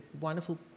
wonderful